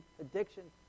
addiction